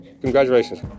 Congratulations